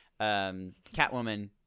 Catwoman